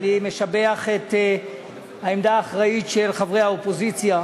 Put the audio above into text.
אני משבח את העמדה האחראית של חברי האופוזיציה.